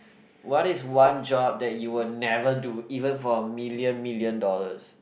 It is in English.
what is one job that you will never do even for a million million dollars